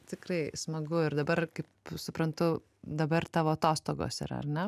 tikrai smagu ir dabar kaip suprantu dabar tavo atostogos yra ar ne